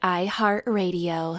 iHeartRadio